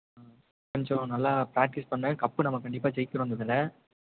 ஆ கொஞ்சம் நல்லா ப்ராக்டிக்ஸ் பண்ணு கப்பு நம்ம கண்டிப்பாக ஜெயிக்கணும் இந்த தட